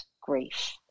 grief